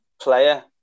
player